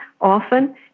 often